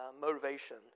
motivation